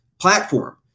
platform